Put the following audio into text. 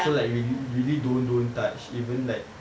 so like really you really don't don't touch even like